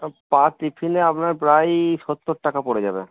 পার টিফিনে আপনার প্রায় সত্তর টাকা পড়ে যাবে